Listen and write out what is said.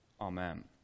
amen